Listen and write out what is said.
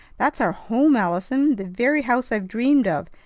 that's our home, allison. the very house i've dreamed of.